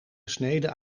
gesneden